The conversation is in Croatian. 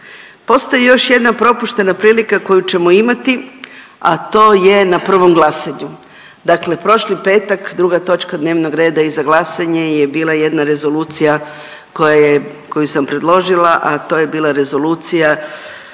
Postoji još jedna propuštena prilika koju ćemo imati, a to je na prvom glasovanju. Dakle prošli petak, druga točka dnevnog reda iza glasanje je bila jedna rezolucija koja je, koju sam predložila, a to je bila rezolucija